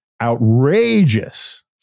outrageous